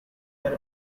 open